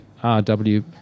RW